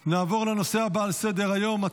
נוכחים, אין נגד, אין נמנעים.